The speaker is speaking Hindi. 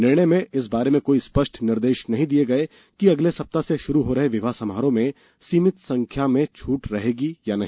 निर्णय में इस बारे में कोई स्पष्ट निर्देश नहीं दिये गये हैं कि अगले सप्ताह से शुरू हो रहे विवाह समारोहों में सीमित संख्या में छूट रहेगी या नहीं